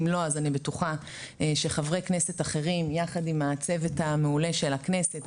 אם לא אז אני בטוחה שחברי כנסת אחרים יחד עם הצוות המעולה של הכנסת,